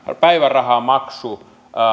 päivärahamaksua